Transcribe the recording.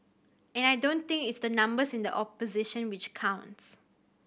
and I don't think it's the numbers in the opposition which counts